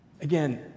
again